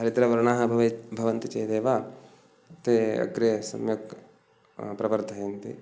हरिद्रवर्णाः भवेत् भवन्ति चेदेव ते अग्रे सम्यक् प्रवर्धयन्ति